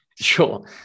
Sure